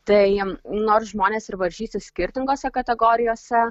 tai nors žmonės ir varžysis skirtingose kategorijose